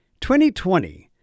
2020